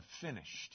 finished